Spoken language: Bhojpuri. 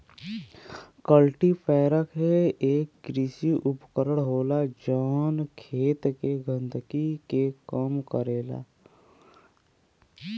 कल्टीपैकर एक कृषि उपकरण होला जौन खेत के गंदगी के कम करला